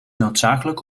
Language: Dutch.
noodzakelijk